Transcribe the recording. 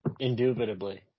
Indubitably